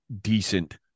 decent